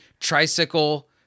tricycle